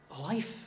Life